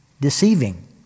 deceiving